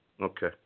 Okay